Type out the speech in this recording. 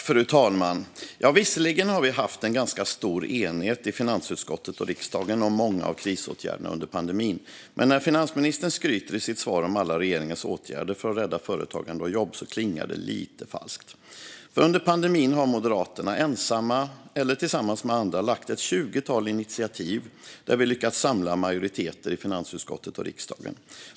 Fru talman! Visserligen har vi haft en ganska stor enighet i finansutskottet och riksdagen om många av krisåtgärderna under pandemin. Men när finansministern i sitt svar skryter om alla regeringens åtgärder för att rädda företagande och jobb klingar det lite falskt. Under pandemin har Moderaterna, ensamma eller tillsammans med andra, lagt fram ett tjugotal initiativ där vi lyckats samla majoriteter i finansutskottet och riksdagen.